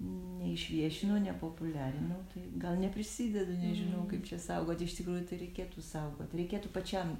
neišviešinau nepopuliarinau tai gal neprisidedu nežinau kaip čia saugot iš tikrųjų tai reikėtų saugot reikėtų pačiam